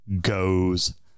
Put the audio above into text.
goes